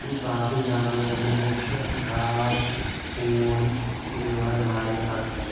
یہِ پالتُو جانوَرن منٛز مےٚ چھِ گاو ہوٗن برٲر واریاہ پَسنٛد